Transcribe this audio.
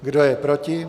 Kdo je proti?